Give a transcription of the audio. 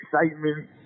excitement